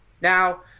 Now